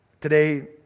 Today